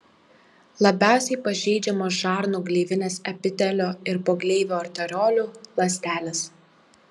labiausiai pažeidžiamos žarnų gleivinės epitelio ir pogleivio arteriolių ląstelės